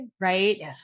right